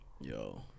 Yo